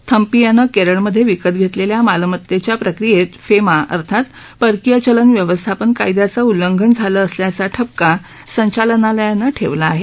थम्पी यानं केरळमध्ये विकत घेतलेल्या मालमतेच्या प्रक्रियेत फेमा अर्थात परकीय चलन व्यवस्थापन कायद्याचं उल्लंघन झालं असल्याचा ठपका संचालनालयानं ठेवला आहे